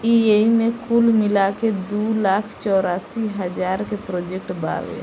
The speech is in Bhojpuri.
एईमे कुल मिलाके दू लाख चौरासी हज़ार के प्रोजेक्ट बावे